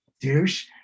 douche